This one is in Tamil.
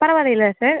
பரவாயில்லைல சார்